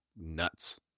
nuts